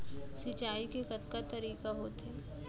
सिंचाई के कतका तरीक़ा होथे?